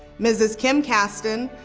mrs. kim caston.